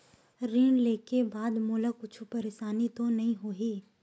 ऋण लेके बाद मोला कुछु परेशानी तो नहीं होही?